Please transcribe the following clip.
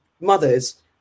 mothers